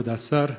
כבוד השר,